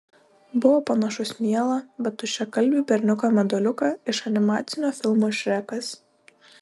buvo panašus mielą bet tuščiakalbį berniuką meduoliuką iš animacinio filmo šrekas